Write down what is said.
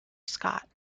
scott